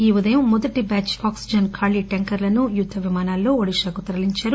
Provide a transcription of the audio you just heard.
ఈ ఉదయం మొదటి ట్యాద్ ఆక్సిజన్ ఖాళీ ట్యాంకర్లను యుద్ద విమానాలలో ఓడిషకు తరలించారు